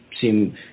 seem